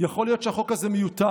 יכול להיות שהחוק הזה מיותר,